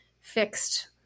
fixed